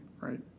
right